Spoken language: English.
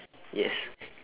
yes